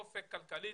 אופק כלכלי,